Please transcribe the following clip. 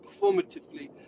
performatively